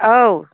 औ